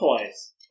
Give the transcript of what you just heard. twice